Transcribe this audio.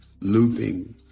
looping